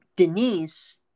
Denise